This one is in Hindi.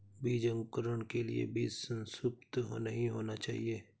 बीज अंकुरण के लिए बीज सुसप्त नहीं होना चाहिए